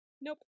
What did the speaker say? Nope